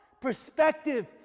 Perspective